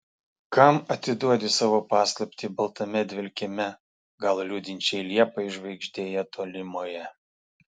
kam atiduodi savo paslaptį baltame dvelkime gal liūdinčiai liepai žvaigždėje tolimoje